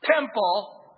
temple